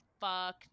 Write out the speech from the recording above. fuck